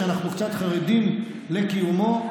שאנחנו קצת חרדים לקיומו,